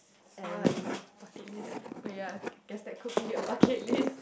it's more like bucket list oh ya guess that could be a bucket list